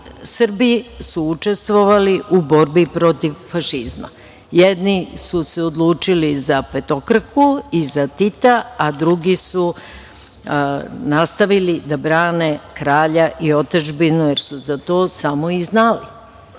Srbi su učestvovali u borbi protiv fašizma. Jedni su se odlučili za petokraku i za Tita, a drugi su nastavili da brane Kralja i otadžbinu, jer su za to samo i znali.